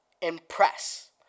impress